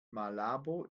malabo